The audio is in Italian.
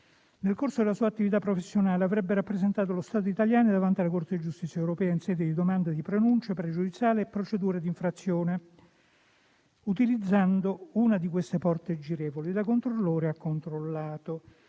Nel corso della sua attività professionale avrebbe rappresentato lo Stato italiano davanti alla Corte di giustizia europea in sede di domande di pronunce pregiudiziali e di procedure di infrazione, utilizzando una di queste porte girevoli: da controllore a controllato.